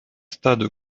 stade